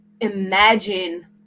imagine